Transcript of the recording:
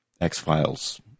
X-Files